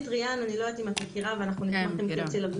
אני לא יודעת אם את מכירה את תוכנית ריאן,